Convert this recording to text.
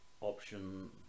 option